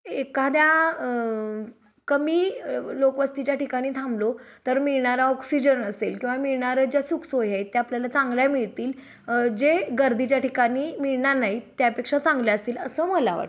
एखाद्या कमी लोकवस्तीच्या ठिकाणी थांबलो तर मिळणारा ऑक्सिजन असेल किंवा मिळणारं ज्या सुख सोयी आहेत त्या आपल्याला चांगल्या मिळतील जे गर्दीच्या ठिकाणी मिळणार नाहीत त्यापेक्षा चांगल्या असतील असं मला वाटतं